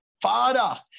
Father